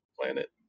planet